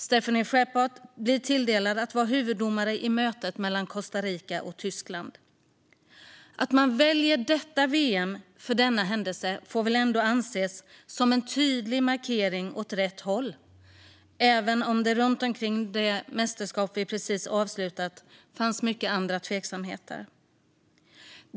Stéphanie Frappart blev tilldelad uppgiften att vara huvuddomare i mötet mellan Costa Rica och Tyskland. Att man valde detta VM för denna händelse får väl ändå ses som en tydlig markering åt rätt håll, även om det runt omkring det mästerskap som precis avslutats fanns många andra tveksamheter.